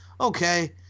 okay